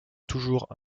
toujours